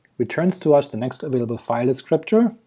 returns to us the next available file descriptor,